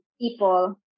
people